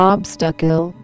Obstacle